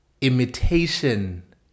Imitation